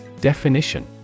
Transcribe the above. Definition